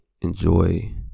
enjoy